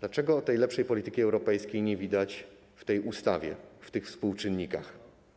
Dlaczego tej lepszej polityki europejskiej nie widać w tej ustawie, w tych współczynnikach?